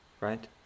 right